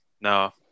No